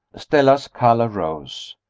stella's color rose.